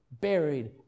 buried